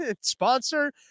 sponsor